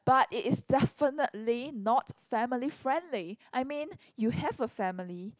but it is definitely not family friendly I mean you have a family